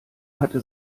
hatte